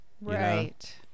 Right